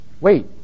wait